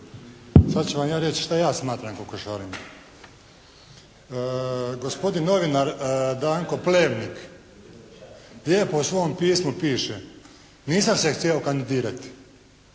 sad ću vam ja reći šta ja smatram kokošarenjem? Gospodin novinar Danko Plevnik lijepo u svom pismu piše: «Nisam se htio kandidirati.